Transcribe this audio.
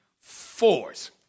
force